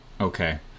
okay